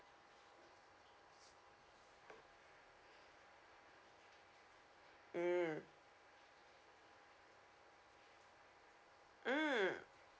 mm